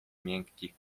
miękkich